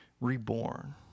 reborn